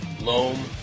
loam